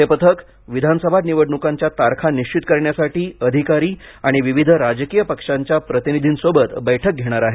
हे पथक विधानसभा निवडणुकांच्या तारखा निबित करण्यासाठी अधिकारी आणि विविध राजकीय पक्षांच्या प्रतिनिधींसोबत बैठक घेणार आहे